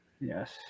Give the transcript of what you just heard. Yes